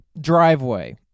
Driveway